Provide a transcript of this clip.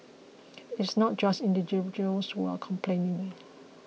it's not just individuals who are complaining